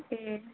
ए